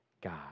God